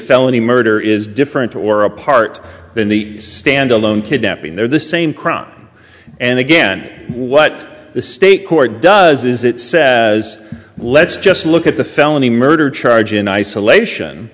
felony murder is different or apart than the stand alone kidnapping there the same crime and again what the state court does is it says let's just look at the felony murder charge in isolation